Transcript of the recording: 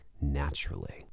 naturally